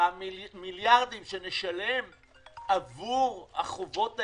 והמיליארדים שנשלם עבור החובות הללו,